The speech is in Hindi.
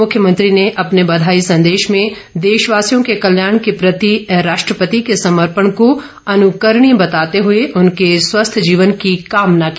मुख्यमंत्री ने अपने बघाई संदेश में देशवासियों के कल्याण के प्रति राष्ट्रपति के समर्पण को अनुकरणीय बताते हुए उनके स्वस्थ जीवन की कामना की